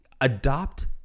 adopt